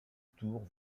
tours